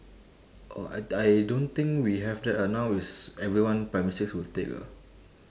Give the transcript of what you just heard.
oh I I don't think we have that ah now is everyone primary six will take ah